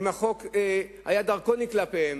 אם החוק היה דרקוני כלפיהם,